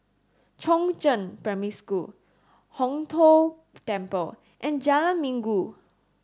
Chongzheng Primary School Hong Tho Temple and Jalan Minggu